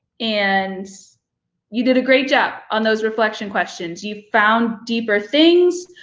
and you did a great job on those reflection questions. you found deeper things.